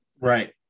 Right